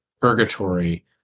purgatory